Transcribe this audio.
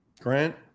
Grant